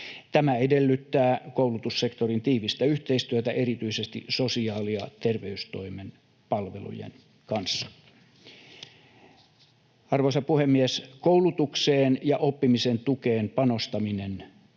Tämä edellyttää koulutussektorin tiivistä yhteistyötä erityisesti sosiaali- ja terveystoimen palvelujen kanssa. Arvoisa puhemies! Koulutukseen ja oppimisen tukeen panostaminen on